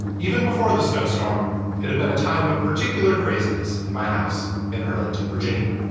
even before the snowstorm it had been a time of particular craziness in my house in arlington virginia.